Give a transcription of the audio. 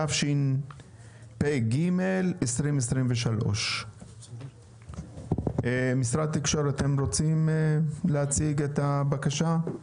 התשפ"ג 2023. משרד התקשורת, אנא הציגו את הבקשה.